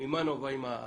ממה נובעים הפערים.